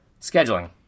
scheduling